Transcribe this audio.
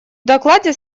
докладе